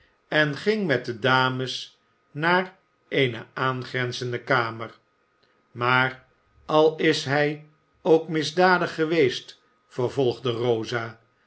en ging met de dames naar eene aangrenzende kamer maar al is hij ook misdadig geweest vervolgde rosa